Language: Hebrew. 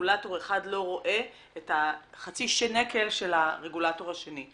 שרגולטור אחד לא רואה את חצי שנקל של הרגולטור השני.